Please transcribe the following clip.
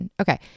Okay